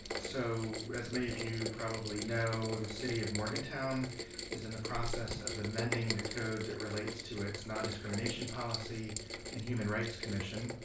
so, as many of you probably know, the city of morgantown is in the process of amending the code that relates to its non-discrimination policy and human rights commission.